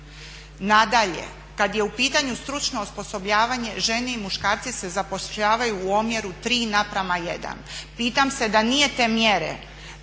Nadalje, kad je u pitanju stručno osposobljavanje žene i muškarci se zapošljavaju u omjeru 3:1. Pitam se da nije te mjere